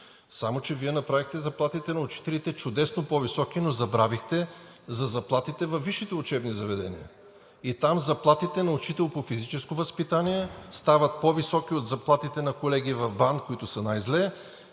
Само че Вие направихте заплатите на учителите – чудесно, по високи, но забравихте за заплатите във висшите учебни заведения. Там заплатите – на учител по физическо възпитание, стават по-високи от заплатите на колеги в БАН, които са най-зле,